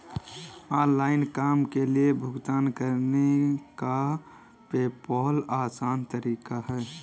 online काम के लिए भुगतान करने का पेपॉल आसान तरीका है